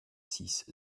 six